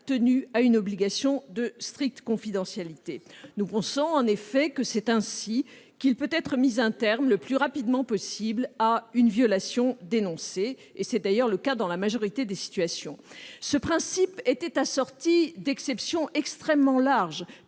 tenu à une obligation de stricte confidentialité. Nous pensons en effet que c'est ainsi que l'on peut mettre un terme le plus rapidement possible à une violation dénoncée. C'est d'ailleurs le cas dans la majorité des situations. Ce principe était assorti d'exceptions extrêmement larges,